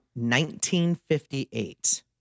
1958